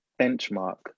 benchmark